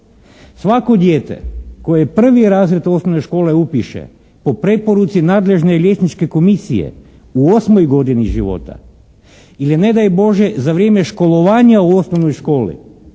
Svako dijete koje prvi razred osnovne škole upiše po preporuci nadležne liječničke komisije u osmoj godini života ili ne daj Bože za vrijeme školovanja u osnovnoj školi,